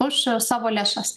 už savo lėšas